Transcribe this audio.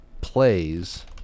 plays